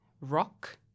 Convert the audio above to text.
rock